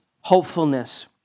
hopefulness